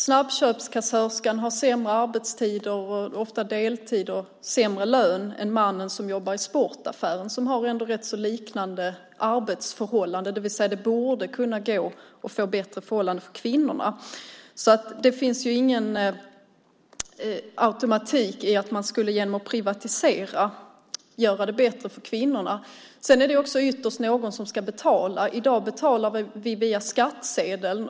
Snabbköpskassörskan har sämre arbetstid - ofta deltid - och sämre lön än mannen som jobbar i sportaffären som ändå har ganska liknande arbetsförhållanden. Det borde kunna gå att få bättre förhållanden för kvinnorna. Det finns ingen automatik i att man genom att privatisera skulle göra det bättre för kvinnorna. Det är ytterst någon som ska betala. I dag betalar vi via skattsedeln.